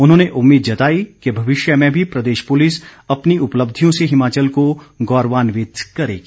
उन्होंने उम्मीद जताई कि भविष्य में भी प्रदेश पुलिस अपनी उपलब्धियों से हिमाचल को गौरवान्वित करेगी